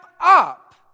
up